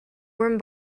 were